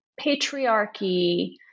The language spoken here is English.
patriarchy